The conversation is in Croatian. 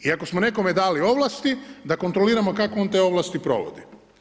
I ako smo nekome dali ovlasti da kontroliramo kako on te ovlasti provodi.